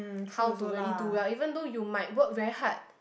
how to really do well even though you might work very hard